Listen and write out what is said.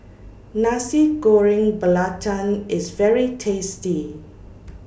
Nasi Goreng Belacan IS very tasty